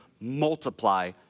multiply